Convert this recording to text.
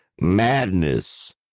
madness